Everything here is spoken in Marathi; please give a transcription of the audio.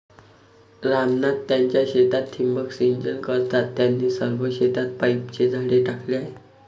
राम नाथ त्यांच्या शेतात ठिबक सिंचन करतात, त्यांनी सर्व शेतात पाईपचे जाळे टाकले आहे